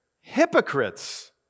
hypocrites